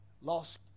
Lost